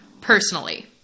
personally